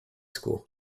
school